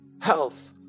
health